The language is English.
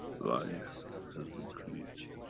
life has been created,